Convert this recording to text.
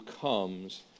comes